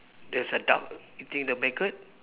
there's a duck eating the maggot